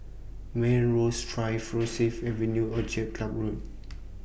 Melrose Drive Rosyth Avenue Orchid Club Road